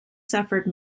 suffered